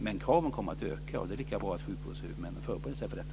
Men kraven kommer att öka, och det är lika bra att sjukvårdshuvudmännen förbereder sig för detta.